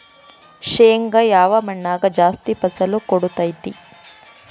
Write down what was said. ಶೇಂಗಾ ಯಾವ ಮಣ್ಣಾಗ ಜಾಸ್ತಿ ಫಸಲು ಕೊಡುತೈತಿ?